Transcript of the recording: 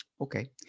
Okay